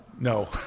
No